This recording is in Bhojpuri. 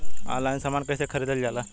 ऑनलाइन समान कैसे खरीदल जाला?